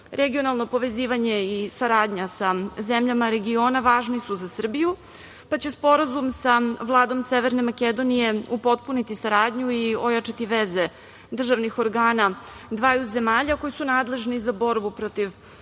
plenumu. Regionalno povezivanje i saradnja sa zemljama regiona važni su za Srbiju, pa će Sporazum sa Vladom Severne Makedonije upotpuniti saradnju i ojačati veze državnih organa dveju zemalja koje su nadležne za borbu protiv